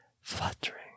Fluttering